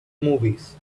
movies